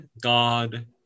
God